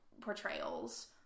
portrayals